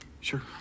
sure